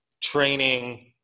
training